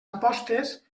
apostes